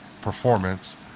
performance